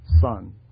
son